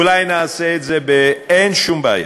אולי נעשה את זה, אין שום בעיה.